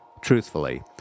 Truthfully